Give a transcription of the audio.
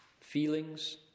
Feelings